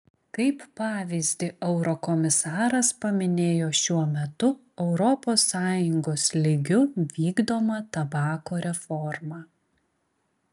kaip pavyzdį eurokomisaras paminėjo šiuo metu europos sąjungos lygiu vykdomą tabako reformą